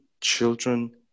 children